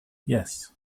yes